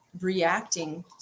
reacting